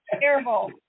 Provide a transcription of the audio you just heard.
Terrible